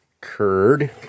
curd